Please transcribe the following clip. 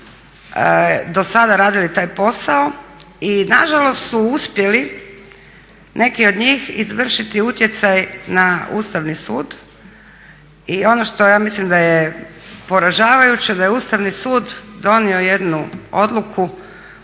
dosada radili taj posao i nažalost su uspjeli neki od njih izvršiti utjecaj na Ustavni sud. I ono što ja mislim da je poražavajuće da je Ustavni sud donio jednu odluku